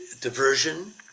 Diversion